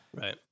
right